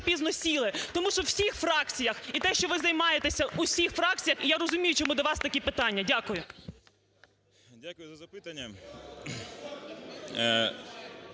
пізно сіли. Тому що у всіх фракціях і те, що ви займаєтеся, в усіх фракціях, і я розумію чому до вас такі питання. Дякую. 13:33:49 СИТНИК